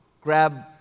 grab